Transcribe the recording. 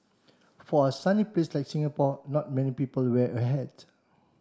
for a sunny place like Singapore not many people wear a hat